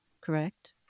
correct